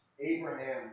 Abraham